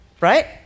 right